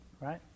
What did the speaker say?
Right